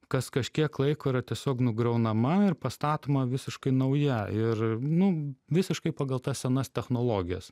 kas kažkiek laiko yra tiesiog nugriaunama ir pastatoma visiškai nauja ir nu visiškai pagal tas senas technologijas